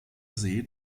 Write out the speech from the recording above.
see